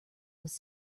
was